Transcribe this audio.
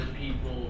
people